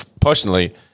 Personally